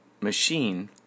machine